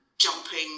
jumping